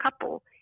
couple